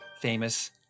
famous